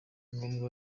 ngombwa